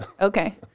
Okay